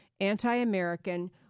anti-american